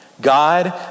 God